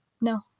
No